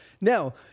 Now –